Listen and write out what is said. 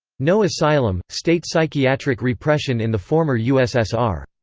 no asylum state psychiatric repression in the former u s s r.